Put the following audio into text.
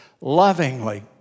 lovingly